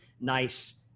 nice